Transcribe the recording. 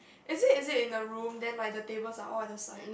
is it is it in a room then like the tables are all at the side